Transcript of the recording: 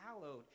hallowed